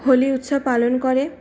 হোলি উৎসব পালন করে